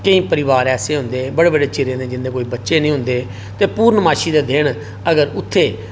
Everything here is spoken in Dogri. केईं परिवार ऐसे होंदा बड़े बड़े चिरे जिं'दे कोई बच्चे नेईं होंदे ते पूर्णमासी दे दिन अगर उत्थै